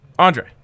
Andre